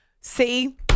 See